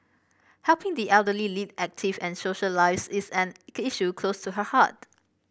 helping the elderly lead active and social lives is an issue close to her heart